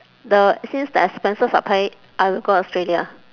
the since the expenses are paid I will go australia